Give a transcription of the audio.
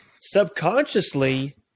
subconsciously